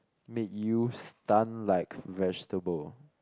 make you stun like vegetable